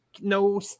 no